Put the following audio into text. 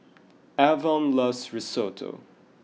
Avon loves Risotto